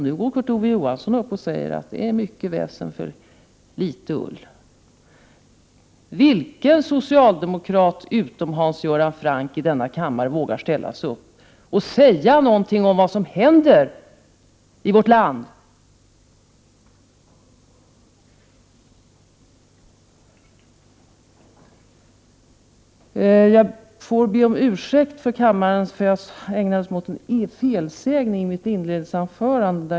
Nu går Kurt Ove Johansson upp och säger att det är mycket väsen för litet ull. Vilken socialdemokrat utom Hans Göran Franck i denna kammare vågar säga någonting om vad som händer i vårt land? Jag får be kammaren om ursäkt för en felsägning i mitt inledningsanförande.